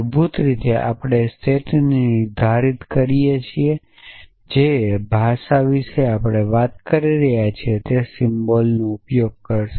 મૂળભૂત રીતે આપણે સેટને નિર્ધારિત કરીએ છીએ અને જે ભાષા વિશે આપણે વાત કરી રહ્યા છીએ તે સિમ્બોલનો ઉપયોગ કરશે